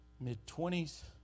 mid-twenties